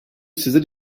sizin